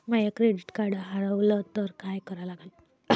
माय credit card हारवलं तर काय करा लागन?